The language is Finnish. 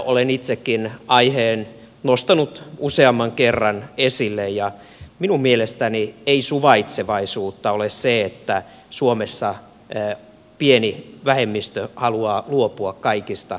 olen itsekin aiheen nostanut useamman kerran esille ja minun mielestäni ei suvaitsevaisuutta ole se että suomessa pieni vähemmistö haluaa luopua kaikista perinteistä